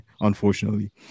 unfortunately